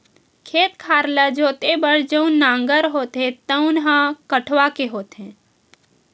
खेत खार ल जोते बर जउन नांगर होथे तउन ह कठवा के होथे